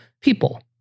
people